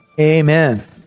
amen